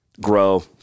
Grow